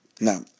Now